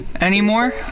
Anymore